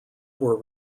were